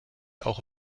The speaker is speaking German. auch